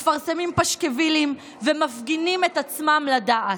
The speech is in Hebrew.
מפרסמים פשקווילים ומפגינים את עצמם לדעת.